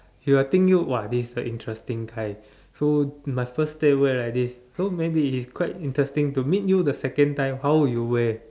she will think you !wah! this is a interesting guy so you must first day wear like this so maybe he's quite interesting to meet you the second time how you wear